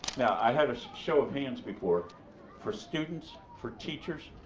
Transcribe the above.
now i had a show of hands before for students, for teachers.